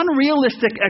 unrealistic